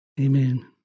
Amen